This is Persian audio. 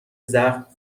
زخم